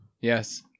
Yes